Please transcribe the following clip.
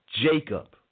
jacob